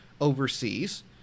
overseas